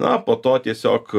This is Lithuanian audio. a po to tiesiog